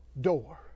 door